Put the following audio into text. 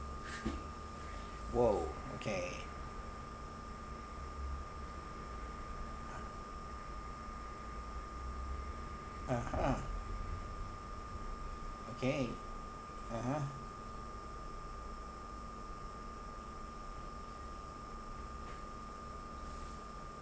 !wow! okay (uh huh) okay (uh huh)